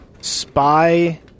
spy